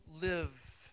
live